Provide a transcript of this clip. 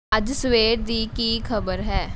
ਅੱਜ ਸਵੇਰ ਦੀ ਕੀ ਖ਼ਬਰ ਹੈ